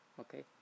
Okay